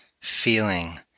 feeling